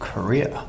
Korea